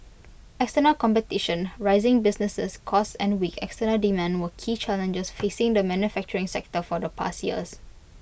external competition rising businesses costs and weak external demand were key challenges facing the manufacturing sector for the past years